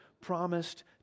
promised